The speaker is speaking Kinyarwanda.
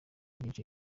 byinshi